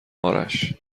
آرش